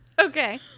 Okay